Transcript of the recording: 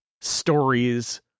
stories